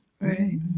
Right